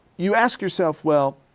you ask yourself, well,